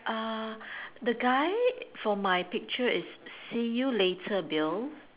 uh the guy for my picture is see you later Bill